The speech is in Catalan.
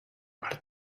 per